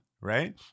right